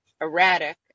erratic